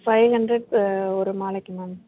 five hundred ஒரு மாலைக்கு ma'am